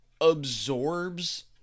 absorbs